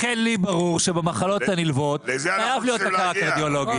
לכן לי ברור שבמחלות הנלוות חייב להיות קרדיולוג.